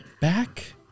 back